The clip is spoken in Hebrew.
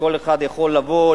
שכל אחד יכול לבוא,